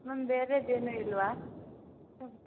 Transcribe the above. ma'am ಬೇರೆದು ಏನು ಇಲ್ಲವಾ